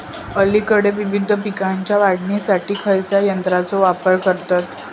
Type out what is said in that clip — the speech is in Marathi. अलीकडे विविध पीकांच्या काढणीसाठी खयाच्या यंत्राचो वापर करतत?